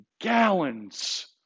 gallons